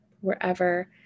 wherever